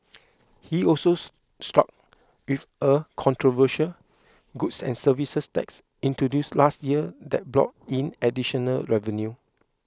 he also stuck with a controversial goods and services tax introduced last year that's brought in additional revenue